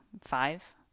five